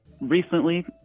recently